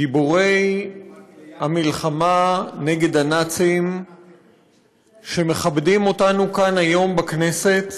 גיבורי המלחמה נגד הנאצים שמכבדים אותנו כאן היום בכנסת,